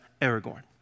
Aragorn